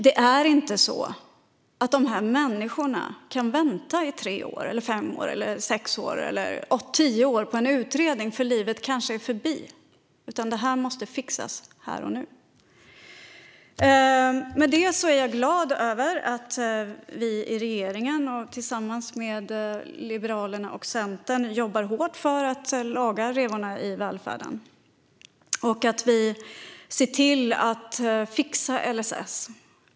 De här människorna kan inte heller vänta i tre år, fem år, sex år eller tio år på en utredning. Då kanske livet är förbi. Detta måste fixas här och nu. Med det sagt är jag glad över att regeringen tillsammans med Liberalerna och Centern jobbar hårt för att laga revorna i välfärden och att vi ser till att fixa LSS.